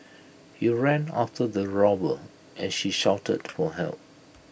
he ran after the robber as she shouted for help